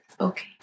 Okay